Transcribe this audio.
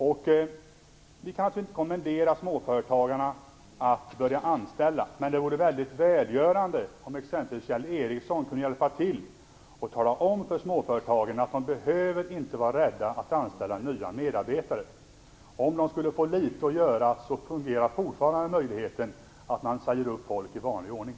Vi kan naturligtvis inte kommendera småföretagarna att börja anställa, men det vore mycket välgörande om t.ex. Kjell Ericsson kunde hjälpa till att tala om för småföretagen att man inte behöver vara rädda för att anställa nya medarbetare. Om de skulle få litet att göra finns fortfarande möjligheten att säga upp folk i vanlig ordning.